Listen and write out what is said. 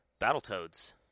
Battletoads